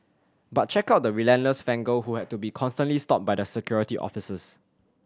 but check out the relentless fan girl who had to be constantly stopped by the Security Officers